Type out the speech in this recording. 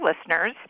listeners